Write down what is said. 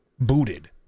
booted